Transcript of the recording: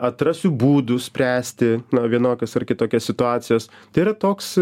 atrasiu būdų spręsti vienokias ar kitokias situacijas tai yra toks